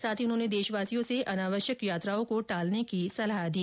साथ ही उन्होंने देशवासियों से अनावश्यक यात्राओं को टालने की सलाह दी